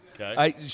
Okay